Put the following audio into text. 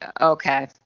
Okay